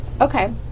Okay